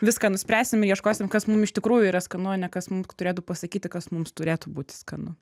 viską nuspręsim ieškosim kas mum iš tikrųjų yra skanu o ne kas mum turėtų pasakyti kas mums turėtų būti skanu